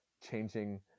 changing